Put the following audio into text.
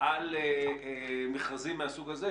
על מכרזים מהסוג הזה.